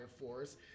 force